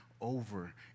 Over